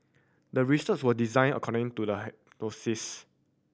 the research was designed according to the